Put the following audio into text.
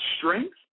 strength